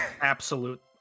Absolute